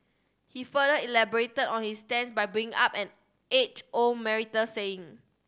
he further elaborated on his stance by bringing up an age old marital saying